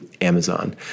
Amazon